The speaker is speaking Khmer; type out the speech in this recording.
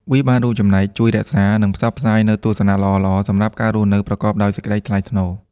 វារួមចំណែកជួយថែរក្សា និងផ្សព្វផ្សាយនូវទស្សនៈល្អៗសម្រាប់ការរស់នៅប្រកបដោយសេចក្តីថ្លៃថ្នូរ។